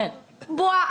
כן, בועה.